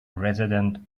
resident